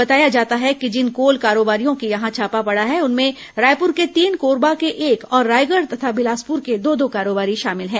बताया जाता है कि जिन कोल कारोबारियों के यहां छापा पड़ा है उनमें रायपुर के तीन कोरबा के एक और रायगढ़ तथा बिलासपुर के दो दो कारोबारी शामिल हैं